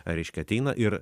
reiškia ateina ir